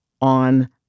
on